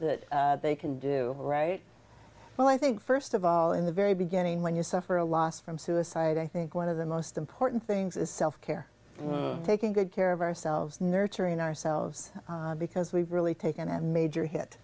that they can do all right well i think st of all in the very beginning when you suffer a loss from suicide i think one of the most important things is self care taking good care of ourselves nurturing ourselves because we've really taken a major hit